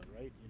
right